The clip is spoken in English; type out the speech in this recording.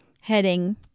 heading